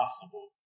possible